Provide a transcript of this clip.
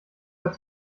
hat